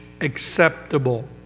acceptable